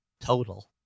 total